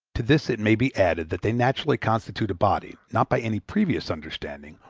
to this it may be added that they naturally constitute a body, not by any previous understanding,